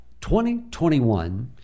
2021